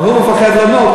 אבל הוא מפחד לענות,